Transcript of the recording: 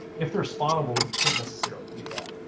if they're spawnable, and you can't necessarily do that.